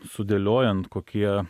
sudėliojant kokie